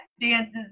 dances